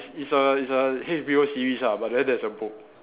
it's a it's a H_B_O series ah but then there's a book